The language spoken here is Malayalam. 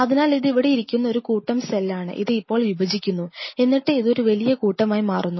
അതിനാൽ ഇത് ഇവിടെ ഇരിക്കുന്ന ഒരു കൂട്ടം സെല്ലാണ് ഇത് ഇപ്പോൾ വിഭജിക്കുന്നുഎന്നിട്ട് ഇത് ഒരു വലിയ കൂട്ടമായി മാറുന്നു